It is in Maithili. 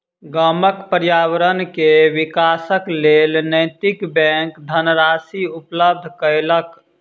गामक पर्यावरण के विकासक लेल नैतिक बैंक धनराशि उपलब्ध केलक